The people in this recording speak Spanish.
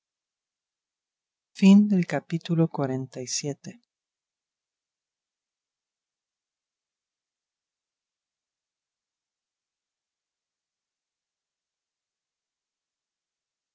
fin del capítulo veinte y